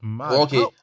Okay